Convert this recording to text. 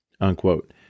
Unquote